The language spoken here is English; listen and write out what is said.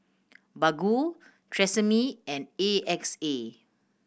Baggu Tresemme and A X A